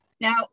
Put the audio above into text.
Now